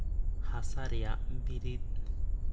ᱦᱟᱥᱟ ᱨᱮᱭᱟᱜ ᱵᱤᱨᱤᱫ